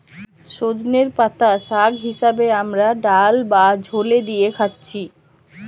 সজনের পাতা শাগ হিসাবে আমরা ডাল বা ঝোলে দিয়ে খাচ্ছি